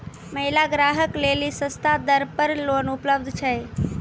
महिला ग्राहक लेली सस्ता दर पर लोन उपलब्ध छै?